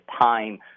time